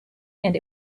and